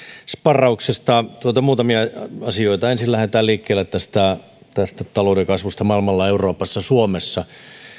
sparrauksesta muutamia asioita lähdetään liikkeelle tästä tästä talouden kasvusta maailmalla euroopassa suomessa